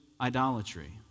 idolatry